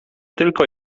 tylko